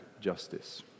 justice